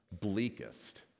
bleakest